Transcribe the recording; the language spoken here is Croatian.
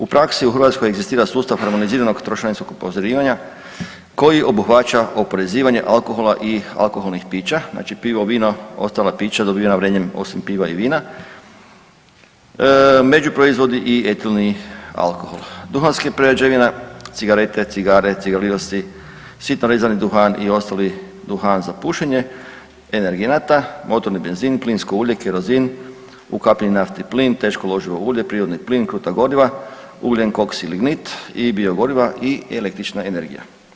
U praksi u Hrvatskoj egzistira sustav harmoniziranog trošarinskog oporezivanja koji obuhvaća oporezivanje alkohola i alkoholnih pića, znači pivo, vino, ostala pića dobivena vrenjem osim piva i vina, međuproizvodi i etilni alkohol, duhanskih prerađevina: cigarete, cigare, cigarilosi, sitno rezani duhan i ostali duhan za pušenje, energenata: motorni benzin, plinsko ulje, kerozin, ukapljeni naftni plin, teško loživo ulje, prirodni plin, kruta goriva, ugljen, koks i lignit i bio goriva i električna energija.